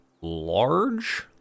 large